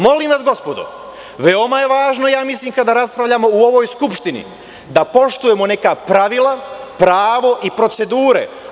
Molim vas, gospodo, veoma je važno kada raspravljamo u ovoj Skupštini da poštujemo neka pravila, pravo i procedure.